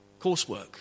Coursework